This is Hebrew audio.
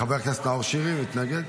חבר הכנסת נאור שירי, מתנגד?